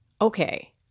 Okay